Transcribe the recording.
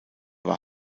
war